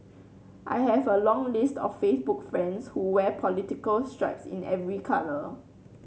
I have a long list of Facebook friends who wear political stripes in every colour